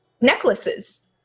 necklaces